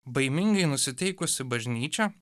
baimingai nusiteikusi bažnyčia